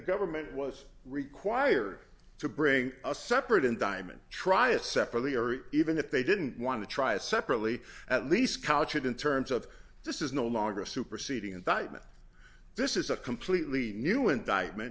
government was required to bring a separate and diamond trius separately or even if they didn't want to try it separately at least couch it in terms of this is no longer a superseding indictment this is a completely new indictment